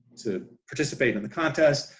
to participate in the contest,